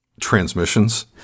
transmissions